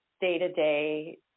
day-to-day